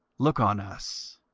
look on us.